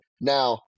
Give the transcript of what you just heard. Now